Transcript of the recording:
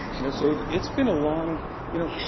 you know, so it's been a long you know,